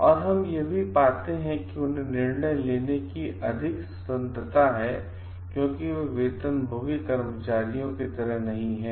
और हम यह भी पाते हैं कि उन्हें निर्णय लेने की अधिक स्वतंत्रता है क्योंकि वे वेतन भोगी कर्मचारियों की तरह नहीं हैं